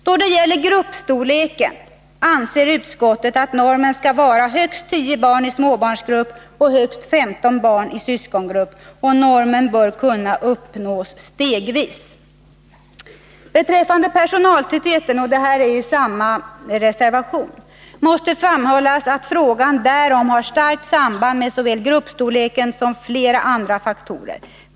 Då det gäller gruppstorleken anser utskottet att normen skall vara högst 10 barn i småbarnsgrupp och högst 15 barn i syskongrupp. Normen bör kunna uppnås stegvis. Beträffande personaltätheten måste framhållas att frågan därom har starkt samband med såväl gruppstorleken som flera andra faktorer.